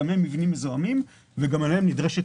שגם הם מבנים מזוהמים וגם עליהם נדרשת